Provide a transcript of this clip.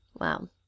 wow